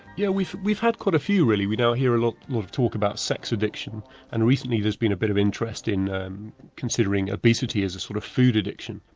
yeah we've we've had quite a few really. we hear a lot lot of talk about sex addiction and recently there's been a bit of interest in considering obesity as a sort of food addiction.